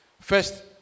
first